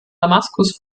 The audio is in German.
damaskus